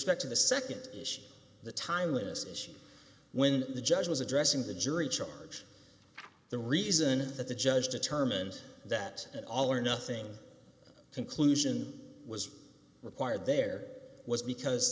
t to the nd issue the timeliness issue when the judge was addressing the jury charge the reason that the judge determined that at all or nothing conclusion was required there was because